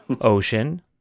Ocean